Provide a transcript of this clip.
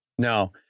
No